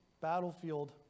battlefield